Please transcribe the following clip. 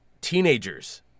teenagers